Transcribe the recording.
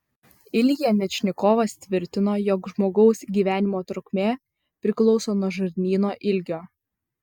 ilja mečnikovas tvirtino jog žmogaus gyvenimo trukmė priklauso nuo žarnyno ilgio